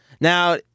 Now